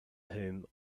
whom